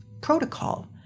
protocol